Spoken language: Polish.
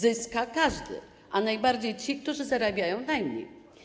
Zyska każdy, a najbardziej ci, którzy zarabiają najmniej.